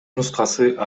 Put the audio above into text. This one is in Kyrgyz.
нускасы